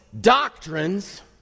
doctrines